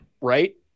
Right